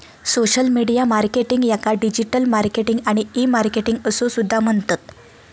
social media marketing याका digital marketing आणि e marketing असो सुद्धा म्हणतत